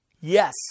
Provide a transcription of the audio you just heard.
Yes